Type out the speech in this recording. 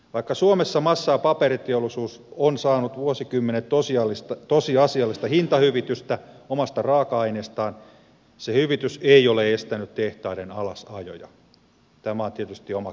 vaikka suomessa massa ja paperiteollisuus on saanut vuosikymmenet tosiasiallista hintahyvitystä omasta raaka aineestaan se hyvitys ei ole estänyt tehtaiden alasajoja tämä on tietysti oma keskustelunaiheensa